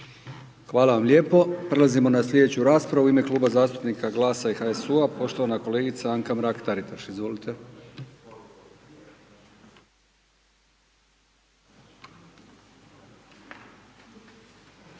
Hvala vam lijepo. Prelazimo na sljedeću raspravu u ime Kluba zastupnika GLAS-a i HSU-a, poštovana kolegica Anka Mrak-Taritaš, izvolite.